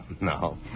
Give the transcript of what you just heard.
No